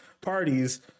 parties